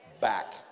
back